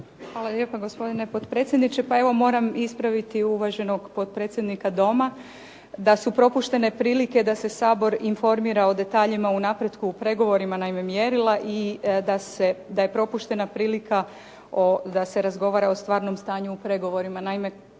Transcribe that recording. Hvala lijepo gospodine potpredsjedniče. Pa evo, moram ispraviti uvaženog potpredsjednika Doma da su propuštene prilike da se Sabor informira o detaljima o napretku u pregovorima, naime mjerila i da je propuštena prilika da se razgovara o stvarnom stanju u pregovorima. Naime, kolega